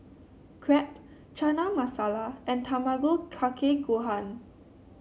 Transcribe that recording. Crepe Chana Masala and Tamago Kake Gohan